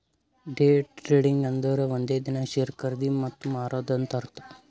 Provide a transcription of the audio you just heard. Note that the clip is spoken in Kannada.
ಡೇ ಟ್ರೇಡಿಂಗ್ ಅಂದುರ್ ಒಂದೇ ದಿನಾ ಶೇರ್ ಖರ್ದಿ ಮತ್ತ ಮಾರಾದ್ ಅಂತ್ ಅರ್ಥಾ